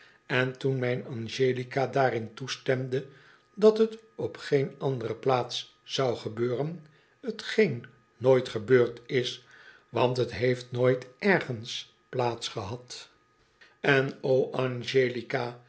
en toen mijn angelica daarin toestemde dat t op geen andere plaats zou gebeuren t geen nooit gebeurd is want t heeft nooit ergens plaats gehad en o angelica